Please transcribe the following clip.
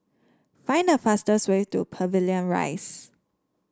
find the fastest way to Pavilion Rise